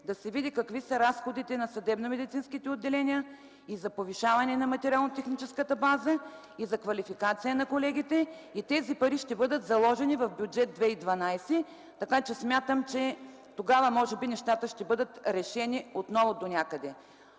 да се види какви са разходите на съдебномедицинските отделения и за повишаване на материално-техническата база, и за квалификацията на колегите. Тези пари ще бъдат заложени в Бюджет 2012, така че смятам, че тогава нещата може би ще бъдат решени отново донякъде.